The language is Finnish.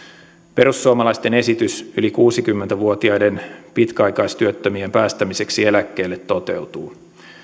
perussuomalaisten esitys yli kuusikymmentä vuotiaiden pitkäaikaistyöttömien päästämiseksi eläkkeelle toteutuu